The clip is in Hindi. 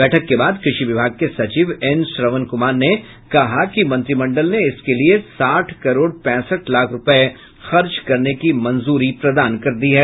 बैठक के बाद कृषि विभाग के सचिव एन श्रवण कुमार ने कहा कि मंत्रिमंडल ने इसके लिये साठ करोड़ पैंसठ लाख रूपये खर्च करने की मंजूरी प्रदान कर दी है